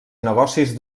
negocis